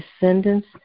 descendants